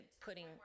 putting